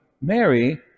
Mary